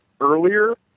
earlier